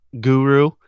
guru